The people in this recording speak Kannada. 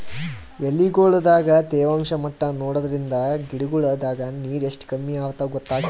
ಎಲಿಗೊಳ್ ದಾಗ ತೇವಾಂಷ್ ಮಟ್ಟಾ ನೋಡದ್ರಿನ್ದ ಗಿಡಗೋಳ್ ದಾಗ ನೀರ್ ಎಷ್ಟ್ ಕಮ್ಮಿ ಅವಾಂತ್ ಗೊತ್ತಾಗ್ತದ